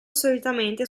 solitamente